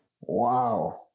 wow